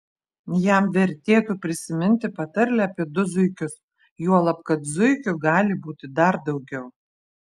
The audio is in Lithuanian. jam vertėtų prisiminti patarlę apie du zuikius juolab kad zuikių gali būti dar daugiau